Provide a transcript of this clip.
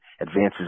advances